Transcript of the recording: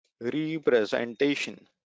representation